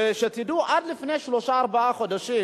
ושתדעו, עד לפני שלושה-ארבעה חודשים